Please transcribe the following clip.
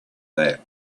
that